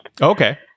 Okay